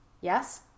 Yes